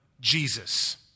Jesus